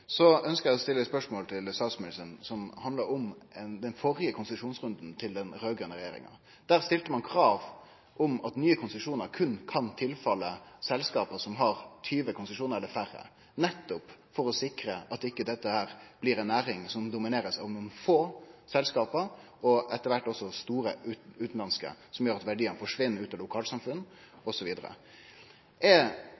eg å stille spørsmål til statsministeren som handlar om den førre konsesjonsrunden til den raud-grøne regjeringa. Der stilte ein krav om at nye konsesjonar berre kan gå til selskap som har 20 konsesjonar eller færre, nettopp for å sikre at dette ikkje blir ei næring som er dominert av nokre få selskap, etter kvart også store utanlandske, som gjer at verdiane forsvinn ut av